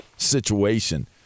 situation